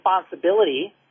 responsibility